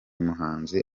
muhanzi